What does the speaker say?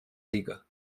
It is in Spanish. liga